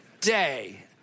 day